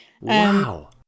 Wow